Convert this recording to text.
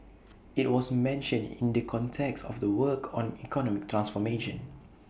IT was mentioned in the context of the work on economic transformation